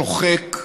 שוחק,